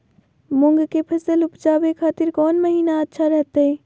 मूंग के फसल उवजावे खातिर कौन महीना अच्छा रहतय?